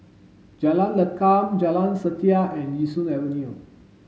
Jalan Lakum Jalan Setia and Yishun Avenue